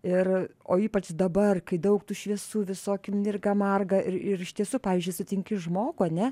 ir o ypač dabar kai daug tų šviesų visokių mirga marga ir ir iš tiesų pavyzdžiui sutinki žmogų ane